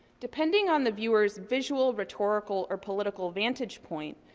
depending on the viewer's visual, rhetorical or political vantage point,